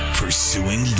Pursuing